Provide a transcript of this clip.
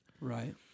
Right